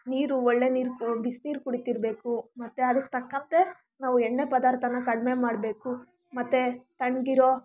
ನೀರು ಒಳ್ಳೆಯ ನೀರು ಬಿಸಿನೀರು ಕುಡೀತಿರ್ಬೇಕು ಮತ್ತೆ ಅದಕ್ಕೆ ತಕ್ಕಂತೆ ನಾವು ಎಣ್ಣೆ ಪದಾರ್ಥನ ಕಡಿಮೆ ಮಾಡಬೇಕು ಮತ್ತೆ ತಣ್ಣಗಿರೋ